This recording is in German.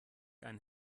einen